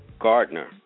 Gardner